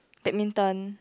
badminton